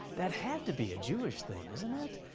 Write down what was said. that had to be a jewish thing, isn't it?